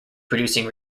producing